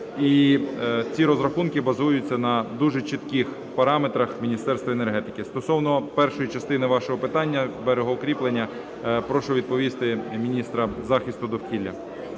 ці розрахунки базуються на дуже чітких параметрах Міністерства енергетики. Стосовно першої частини вашого питання – берегоукріплення – прошу відповісти міністра захисту довкілля